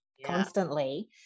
constantly